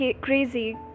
crazy